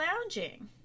lounging